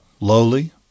lowly